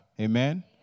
Amen